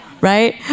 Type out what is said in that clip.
Right